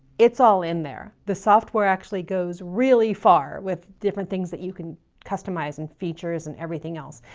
it's all in there. the software actually goes really far with different things that you can customize and features and everything else.